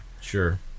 Sure